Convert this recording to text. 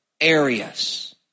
areas